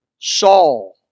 Saul